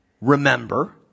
remember